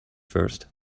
first